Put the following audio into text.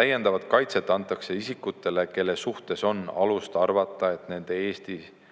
Täiendavat kaitset antakse isikutele, kelle suhtes on alust arvata, et nende Eestist